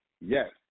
Yes